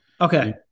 Okay